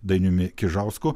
dainiumi kižausku